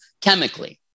chemically